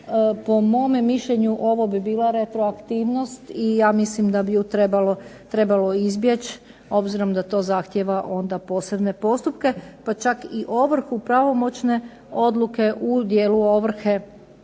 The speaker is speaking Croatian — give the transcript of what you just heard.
Po mome mišljenju ovo bi bila retroaktivnost i ja mislim da bi ju trebalo izbjeći obzirom da to zahtijeva onda posebne postupke. Pa čak i ovrhu pravomoćne odluke u dijelu ovrhe